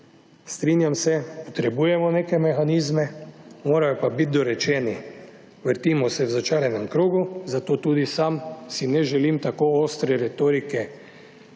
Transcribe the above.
Strinjam se, potrebujemo neke mehanizme, morajo pa biti dorečeni. vrtimo se v začaranem krogu, zato tudi sam si ne želim tako ostre retorike